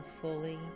fully